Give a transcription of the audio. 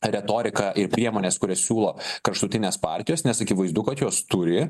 retorika ir priemonės kurias siūlo kraštutinės partijos nes akivaizdu kad jos turi